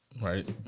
Right